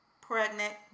pregnant